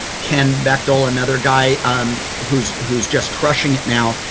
ken beckel, another guy um who's who's just crushing it now.